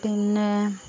പിന്നേ